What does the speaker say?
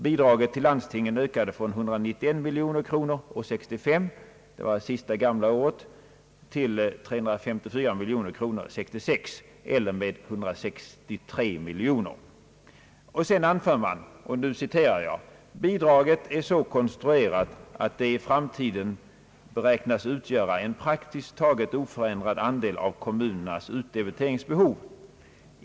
Bidraget till landstingen ökade från 191 miljoner kronor år 1965 — det sista »gamla» året — till 354 miljoner kronor år 1966, eller en ökning med 163 miljoner kronor. Sedan anförs det: »Bidraget är så konstruerat att det i framtiden beräknas utgöra en praktiskt taget oförändrad andei av kommunernas utdebiteringsbehov.